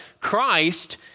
Christ